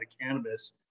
cannabis